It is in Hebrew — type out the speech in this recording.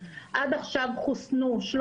כל קופות החולים כבר היום מחסנות בתוך